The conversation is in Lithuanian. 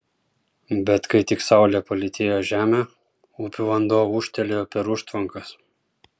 bet kai tik saulė palytėjo žemę upių vanduo ūžtelėjo per užtvankas